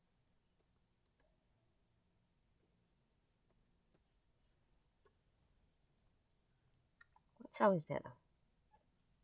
what sound is that ah